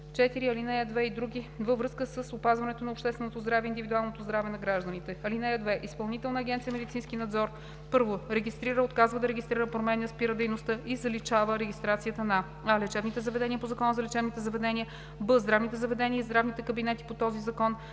4, ал. 2 и други във връзка с опазването на общественото здраве и индивидуалното здраве на гражданите. (2) Изпълнителна агенция „Медицински надзор“: 1. Регистрира, отказва да регистрира, променя, спира дейността и заличава регистрацията на: а) лечебните заведения по Закона за лечебните заведения; б) здравните заведения и здравните кабинети по този закон;